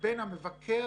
מכובדי המבקר,